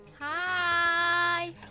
Hi